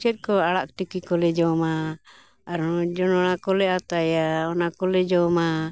ᱪᱮᱫ ᱠᱚ ᱟᱲᱟᱜ ᱛᱤᱠᱤ ᱠᱚᱞᱮ ᱡᱚᱢᱟ ᱟᱨ ᱡᱚᱱᱚᱲᱟ ᱠᱚᱞᱮ ᱟᱛᱟᱭᱟ ᱚᱱᱟ ᱠᱚᱞᱮ ᱡᱚᱢᱟ